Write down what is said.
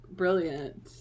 brilliant